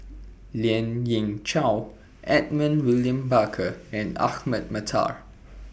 Lien Ying Chow Edmund William Barker and Ahmad Mattar